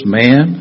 man